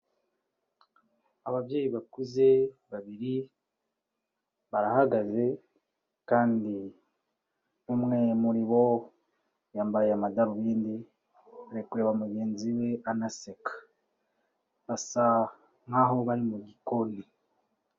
Ababyeyi bakuze babiri barahagaze kandi umwe muri bo yambaye amadarubindi ari kureba mugenzi we anaseka, basa nkaho bari mu gikoni.